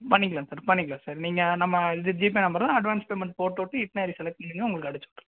ம் பண்ணிக்கலாம் சார் பண்ணிக்கலாம் சார் நீங்கள் நம்ம இது ஜிபே நம்பரும் அட்வான்ஸ் பேமண்ட் போட்டு விட்டு ஐட்னரி செலக்ட் பண்ணுங்க உங்களுக்கு